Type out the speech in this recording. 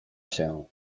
się